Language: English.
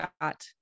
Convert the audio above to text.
got